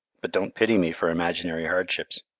but don't pity me for imaginary hardships.